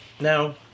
Now